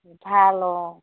ভাল অঁ